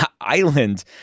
island